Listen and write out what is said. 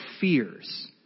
fears